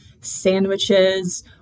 sandwiches